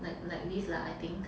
like like like this lah I think